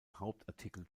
hauptartikel